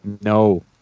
No